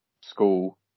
school